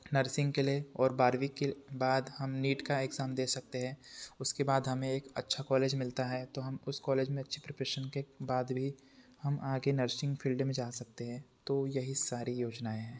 nursing के लिए और बारहवीं के बाद हम नीट का एग्ज़ाम दे सकते हैं उसके बाद हमें एक अच्छा कॉलेज मिलता है तो हम उस कॉलेज में अच्छी प्रिप्रेशन के बाद भी हम आगे नर्सिंग फिल्ड में जा सकते हैं तो यही सारी योजनाएँ हैं